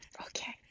Okay